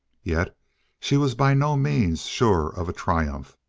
yet she was by no means sure of a triumph.